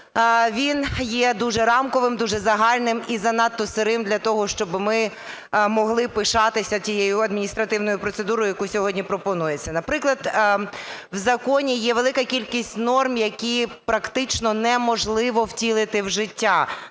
він є дуже рамковим, дуже загальним і занадто сирим для того, щоб ми могли пишатися тією адміністративною процедурою, яка сьогодні пропонується. Наприклад, в законі є велика кількість норм, які практично неможливо втілити в життя.